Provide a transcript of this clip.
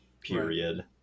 period